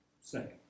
second